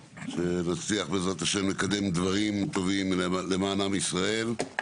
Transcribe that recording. שנצליח בעזרת השם לקדם דברים טובים למען עם ישראל.